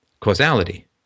causality